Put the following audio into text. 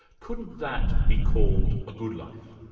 couldn't that be called a good life?